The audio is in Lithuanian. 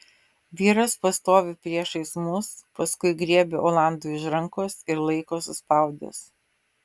vyras pastovi priešais mus paskui griebia olandui už rankos ir laiko suspaudęs